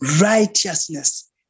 Righteousness